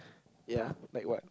ya like what